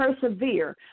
persevere